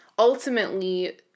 Ultimately